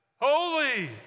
Holy